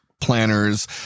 planners